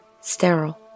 sterile